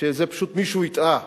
שפשוט מישהו הטעה